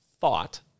thought